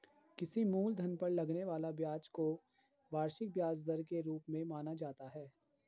किसी मूलधन पर लगने वाले ब्याज को वार्षिक ब्याज दर के रूप में जाना जाता है